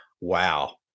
wow